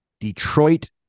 Detroit